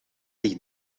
ligt